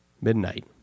Midnight